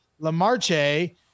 Lamarche